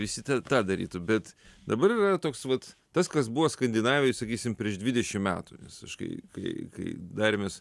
visi tą darytų bet dabar yra toks vat tas kas buvo skandinavijoj sakysim prieš dvidešim metų nes aš kai kai kai darėmės